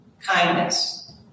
Kindness